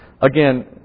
again